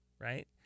right